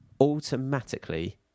automatically